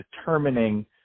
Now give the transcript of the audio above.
determining